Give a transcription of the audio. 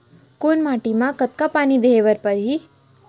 कोन माटी म कतका पानी देहे बर परहि?